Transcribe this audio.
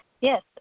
Yes